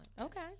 Okay